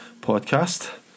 podcast